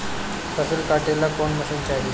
फसल काटेला कौन मशीन चाही?